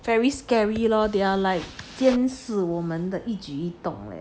very scary lor they're like 监视我们的一举一动